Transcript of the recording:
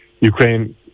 Ukraine